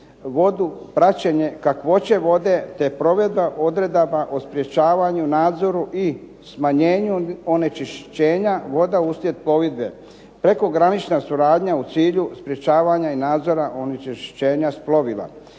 vodu, praćenje kakvoće vode te provedba odredaba o sprječavanju, nadzoru i smanjenju onečišćenja voda uslijed plovidbe, prekogranična suradnja u cilju sprječavanja i nadzora onečišćenja s plovila.